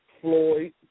Floyd